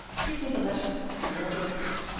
give me the letter, i will direct it.